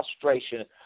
frustration